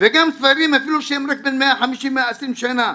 וגם ספרים שהם רק בני 120, 150 שנה,